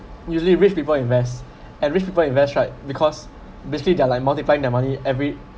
usually rich people invest and rich people invest right because basically they are like multiplying their money every